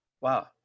Wow